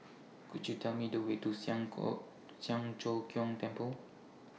Could YOU Tell Me The Way to Siang Siang Cho Keong Temple